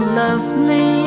lovely